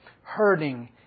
hurting